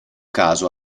caso